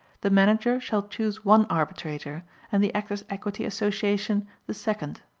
the manager shall choose one arbitrator and the actors' equity association the second.